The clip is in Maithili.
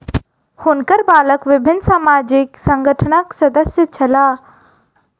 हुनकर बालक विभिन्न सामाजिक संगठनक सदस्य छला